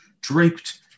draped